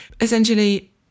Essentially